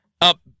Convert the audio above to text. Up